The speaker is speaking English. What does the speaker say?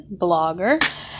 blogger